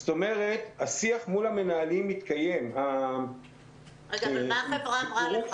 זאת אומרת השיח מול המנהלים מתקיים -- אבל מה אותה חברה אמרה לך?